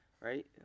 Right